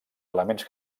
elements